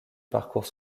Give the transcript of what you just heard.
parcours